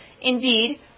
indeed